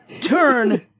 turn